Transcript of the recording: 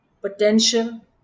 potential